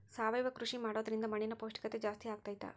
ಸಾವಯವ ಕೃಷಿ ಮಾಡೋದ್ರಿಂದ ಮಣ್ಣಿನ ಪೌಷ್ಠಿಕತೆ ಜಾಸ್ತಿ ಆಗ್ತೈತಾ?